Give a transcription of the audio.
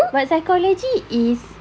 but psychology is